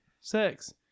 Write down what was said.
sex